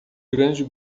grande